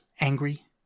angry